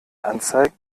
anzeigen